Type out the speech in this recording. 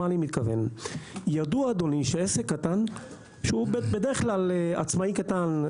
ידוע שעסק קטן שהוא בדרך כלל עצמאי קטן,